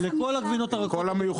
גם כל הגבינות הרכות והמיוחדות.